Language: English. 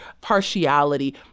partiality